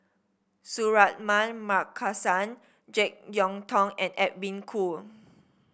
Suratman Markasan JeK Yeun Thong and Edwin Koo